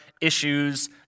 issues